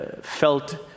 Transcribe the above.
felt